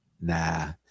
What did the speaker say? nah